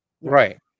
Right